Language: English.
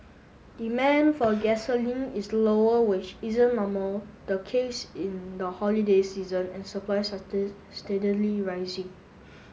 demand for gasoline is lower which isn't normal the case in the holiday season and supplies are steadily rising